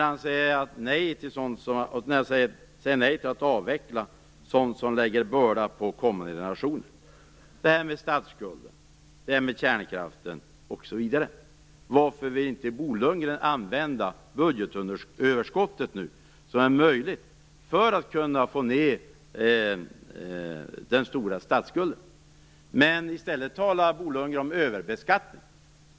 Han säger nej till att avveckla sådant som lägger börda på kommande generationer, statsskulden, kärnkraften, osv. Varför vill inte Bo Lundgren använda budgetöverskottet, vilket nu är möjligt, till att få ned den stora statsskulden? I stället talar Bo Lundgren om överbeskattning.